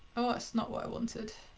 oh, it's not what i wanted.